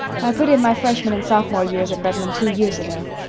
i put in my freshman and sophomore years at redmond two years ago.